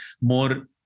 more